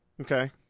Okay